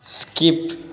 skip